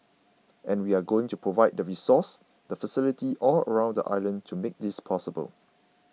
and we are going to provide the resources the facility all around the island to make this possible